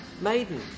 Maiden